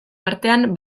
artean